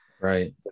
Right